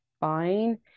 fine